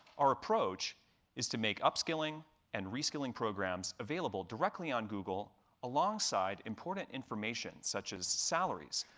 our approach is to make upscaling and reskilling programs available directly on google alongside important information, such as salaries,